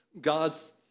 God's